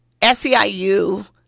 SEIU